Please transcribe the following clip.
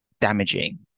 damaging